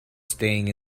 staying